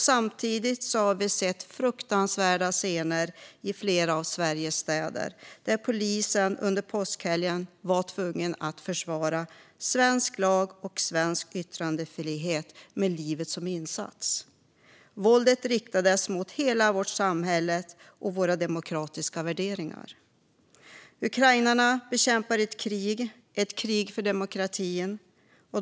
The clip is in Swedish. Samtidigt har vi sett fruktansvärda scener i flera av Sveriges städer när polisen under påskhelgen var tvungen att försvara svensk lag och svensk yttrandefrihet med livet som insats. Våldet riktades mot hela vårt samhälles demokratiska värderingar. Ukrainarna utkämpar ett krig, ett krig för demokratin.